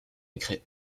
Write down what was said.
ukraine